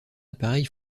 appareil